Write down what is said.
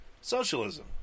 socialism